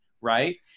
right